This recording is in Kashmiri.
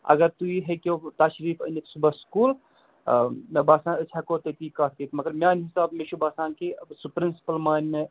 اَگر تُہۍ ہیٚکِو تشریٖف أنِتھ صُبَس سُکوٗل مےٚ باسان أسۍ ہٮ۪کو تٔتی کَتھ کٔرِتھ مگر میٛانہِ حساب مےٚ چھُ باسان کہِ سُہ پِرنٛسپٕل مانہِ نہٕ